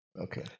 Okay